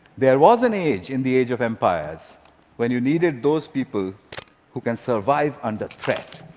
there was an age in the age of empires when you needed those people who can survive under threat.